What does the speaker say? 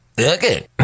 Okay